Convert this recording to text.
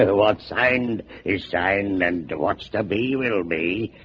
and what signed is sign and what's to be will be?